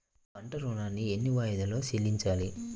పంట ఋణాన్ని ఎన్ని వాయిదాలలో చెల్లించాలి?